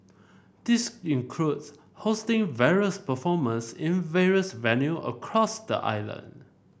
this includes hosting various performers in various venue across the island